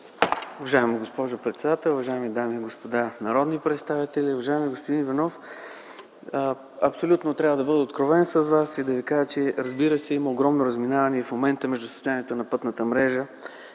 Уважаема госпожо председател, уважаеми дами и господа народни представители, уважаеми господин Иванов! Абсолютно трябва да бъда откровен с Вас и да Ви кажа, че има огромно разминаване и в момента между състоянието на пътната мрежа